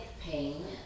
pain